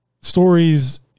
stories